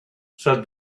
said